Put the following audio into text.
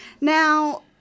Now